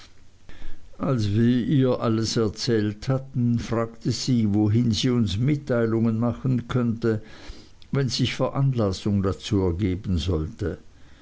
als wir ihr alles erzählt hatten fragte sie wohin sie uns mitteilungen machen könnte wenn sich veranlassung dazu ergeben sollte